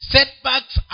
Setbacks